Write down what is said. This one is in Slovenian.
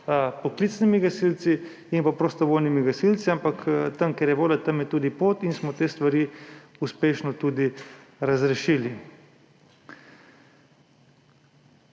poklicnimi gasilci in prostovoljnimi gasilci. Ampak tam, kjer je volja, tam je tudi pot in smo te stvari uspešno razrešili.